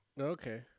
Okay